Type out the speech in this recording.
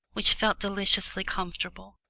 which felt deliciously comfortable,